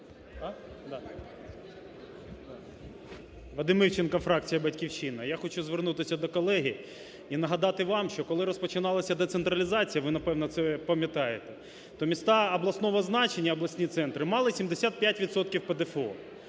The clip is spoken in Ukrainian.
Вадим Івченко, фракція "Батьківщина". Я хочу звернутися до колеги і нагадати вам, що коли розпочиналася децентралізація, ви, напевно це пам'ятаєте, то міста обласного значення, обласні центри мали 75